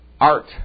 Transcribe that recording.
art